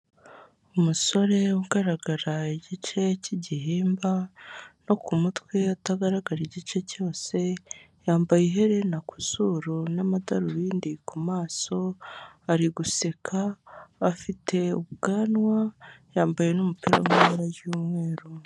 Umusore ugaragara igice cy'igihimba no ku mutwe atagaragara igice cyose, yambaye iherena ku zuru n'amadarubindi ku maso, ari guseka afite ubwanwa yambaye n'umupira mupera ry'umweru.